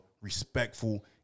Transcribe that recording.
respectful